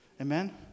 Amen